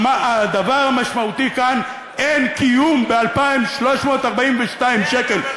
הדבר המשמעותי כאן, אין קיום ב-2,342 שקל.